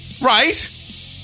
right